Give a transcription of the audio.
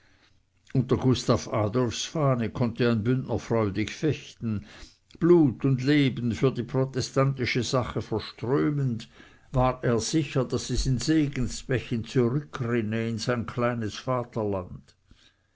gustav adolfs fahne konnte ein bündner freudig fechten blut und leben für die protestantische sache verströmend war er sicher daß es in segensbächen zurückrinne in sein kleines vaterland